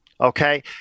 okay